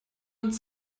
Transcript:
und